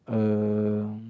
uh